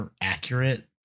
accurate